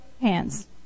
hands